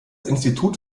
institut